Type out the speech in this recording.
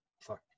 fuck